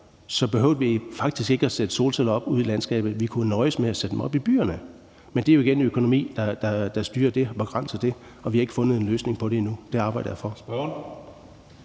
behøvede vi faktisk ikke at sætte solceller op ude i landskabet. Vi kunne nøjes med at sætte dem op i byerne. Men det er jo igen økonomi, der styrer det og begrænser det, og vi har ikke fundet en løsning på det endnu. Det arbejder jeg for.